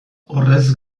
horrez